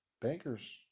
bankers